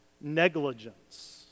negligence